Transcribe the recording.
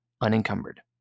unencumbered